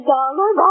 Dollar